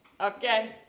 okay